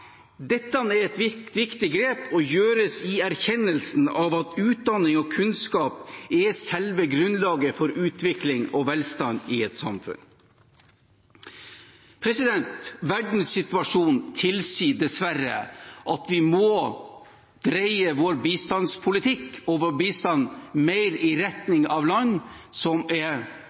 Dette er et viktig grep og gjøres i erkjennelsen av at utdanning og kunnskap er selve grunnlaget for utvikling og velstand i et samfunn. Verdenssituasjonen tilsier dessverre at vi må dreie vår bistandspolitikk og vår bistand mer i retning av land som er